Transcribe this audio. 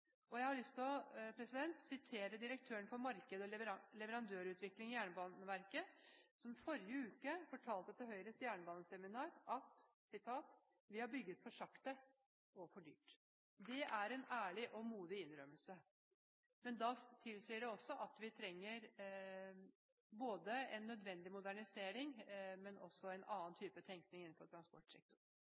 prosjektene. Jeg har lyst til å sitere direktøren for marked- og leverandørutvikling i Jernbaneverket, som i forrige uke fortalte på Høyres jernbaneseminar at «vi har bygget for sakte og for dyrt». Det er en ærlig og modig innrømmelse. Men det tilsier også at vi trenger både en nødvendig modernisering og en annen type tenkning innenfor transportsektoren.